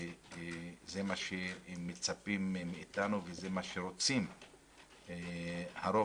זה מה שמצפים מאתנו וזה מה שרוצה הרוב